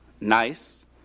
nice